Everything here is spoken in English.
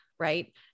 right